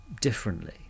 differently